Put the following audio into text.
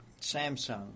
Samsung